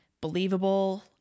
believable